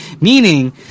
Meaning